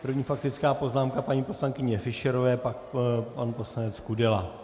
První faktická poznámka paní poslankyně Fischerové, pak pan poslanec Kudela.